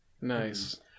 Nice